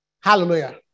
Hallelujah